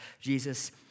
Jesus